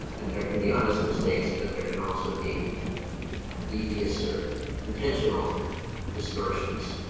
and there can be honest mistakes but there can also be devious or intentional distortions.